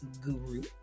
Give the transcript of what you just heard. guru